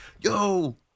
yo